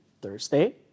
Thursday